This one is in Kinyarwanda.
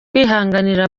kwihanganira